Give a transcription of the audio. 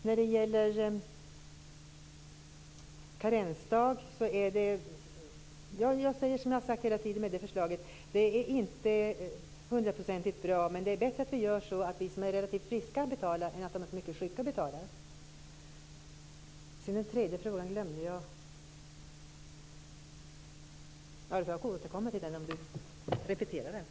Vårt förslag om karensdagen är inte hundraprocentigt bra - det har jag sagt hela tiden - men det är bättre att vi som är relativt friska betalar än att de som är mycket sjuka betalar. Den tredje frågan som ställdes har jag glömt, men jag får återkomma till den om den upprepas.